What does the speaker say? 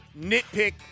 nitpick